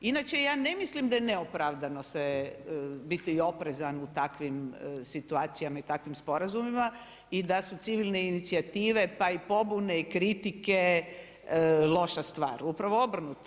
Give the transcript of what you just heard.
Inače ja ne mislim da je neopravdano se biti oprezan u takvim situacijama i takvim sporazumima i da su civilne inicijative pa i pobune i kritike loša stvar, upravo obrnuto.